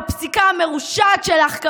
בפסיקה המרושעת שלך,